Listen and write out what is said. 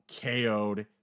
KO'd